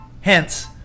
Hence